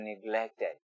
neglected